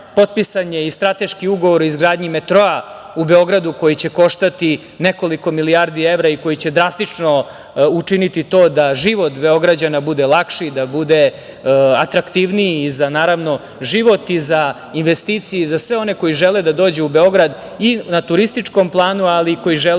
i strateški ugovor o izgradnji metroa u Beogradu koji će koštati nekoliko milijardi evra i koji će drastično učiniti to da život Beograđana bude lakši, da bude atraktivniji za život i za investicije i za sve one koji žele da dođu u Beograd i na turističkom planu, ali i koji žele